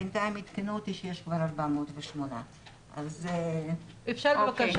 בינתיים עדכנו אותי שיש כבר 408. אפשר בבקשה